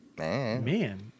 Man